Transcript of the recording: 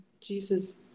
jesus